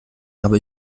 habe